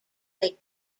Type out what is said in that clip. quake